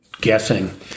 guessing